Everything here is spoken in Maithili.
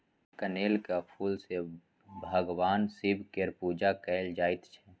कनेलक फुल सँ भगबान शिब केर पुजा कएल जाइत छै